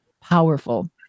powerful